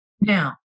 Now